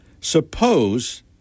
Suppose